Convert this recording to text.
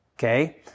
Okay